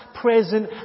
present